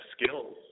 skills